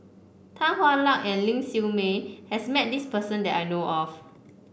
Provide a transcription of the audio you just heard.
Tan Hwa Luck and Ling Siew May has met this person that I know of